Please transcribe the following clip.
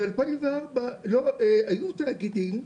ב-2004 היו תאגידים,